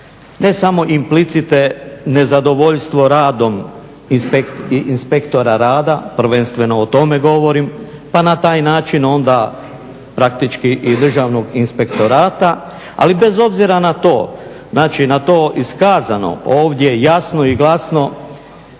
ne samo implicite nezadovoljstvo radom inspektora rada, prvenstveno o tome govorim, pa na taj način onda praktički i Državnog inspektorata. Ali bez obzira na to, znači na to iskazano ovdje jasno i glasno